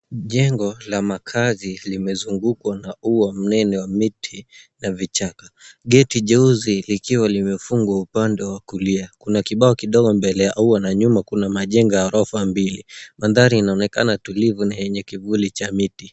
Jengo la makazi limezungukwa na ua mnene wa miti na vichaka, geti jeuzi likiwa limefungwa upande wa kulia. Kuna kibao kidogo mbele ya ua na nyuma kuna majengo ya gorofa mbili. Mandhari inaonekana tulivu na yenye kivuli cha miti.